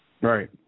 Right